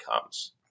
comes